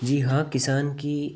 जी हाँ किसान की